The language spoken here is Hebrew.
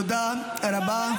תודה רבה.